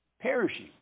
perishing